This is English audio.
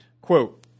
Quote